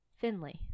Finley